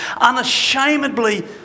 unashamedly